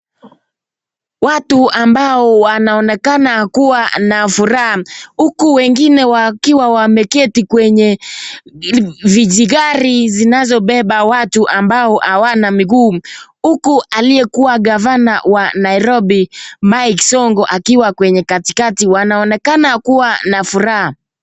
Watu ambao wanaonekana kuwa na furaha huku wengine wakiwa wameketi kwenye vijigari zinazobeba watu ambao hawana miguu huku aliyekuwa gavana wa Nairobi Mike Sonko akiwa kwenye katikati, wanaonekana kuwa na furaha.